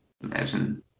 imagine